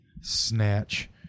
snatch